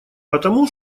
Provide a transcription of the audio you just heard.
потому